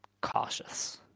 cautious